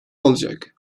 olacak